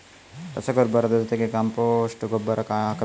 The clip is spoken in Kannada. ರಸಗೊಬ್ಬರದ ಜೊತೆ ಕಾಂಪೋಸ್ಟ್ ಗೊಬ್ಬರ ಹಾಕಬೇಕಾ?